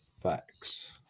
facts